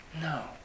No